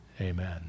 Amen